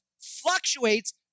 fluctuates